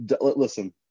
Listen